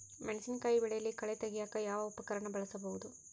ಮೆಣಸಿನಕಾಯಿ ಬೆಳೆಯಲ್ಲಿ ಕಳೆ ತೆಗಿಯಾಕ ಯಾವ ಉಪಕರಣ ಬಳಸಬಹುದು?